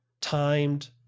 timed